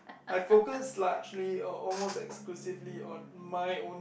I focus largely or almost exclusively on my own